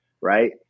Right